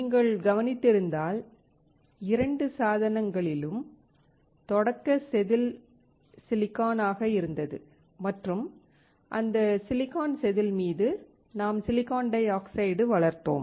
நீங்கள் கவனித்திருந்தால் இரண்டு சாதனங்களிலும் தொடக்க செதில் சிலிக்கான் ஆக இருந்தது மற்றும் அந்த சிலிக்கான் செதில் மீது நாம் சிலிக்கான் டை ஆக்சைடு வளர்ந்தோம்